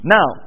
Now